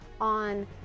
on